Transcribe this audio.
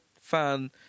fan